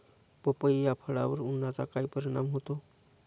पपई या फळावर उन्हाचा काय परिणाम होतो?